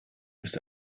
bist